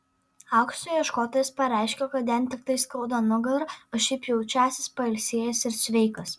aukso ieškotojas pareiškė kad jam tiktai skauda nugarą o šiaip jaučiąsis pailsėjęs ir sveikas